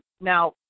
Now